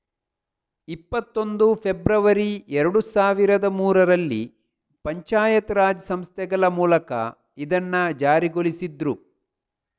ಇಪ್ಪತ್ತೊಂದು ಫೆಬ್ರವರಿ ಎರಡು ಸಾವಿರದ ಮೂರರಲ್ಲಿ ಪಂಚಾಯತ್ ರಾಜ್ ಸಂಸ್ಥೆಗಳ ಮೂಲಕ ಇದನ್ನ ಜಾರಿಗೊಳಿಸಿದ್ರು